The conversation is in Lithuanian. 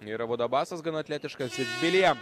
ir abudu abasas gana atletiškas ir bilija